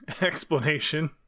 explanation